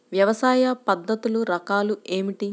వ్యవసాయ పద్ధతులు రకాలు ఏమిటి?